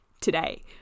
today